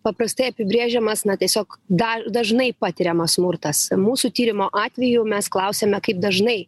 paprastai apibrėžiamas na tiesiog da dažnai patiriamas smurtas mūsų tyrimo atveju mes klausiame kaip dažnai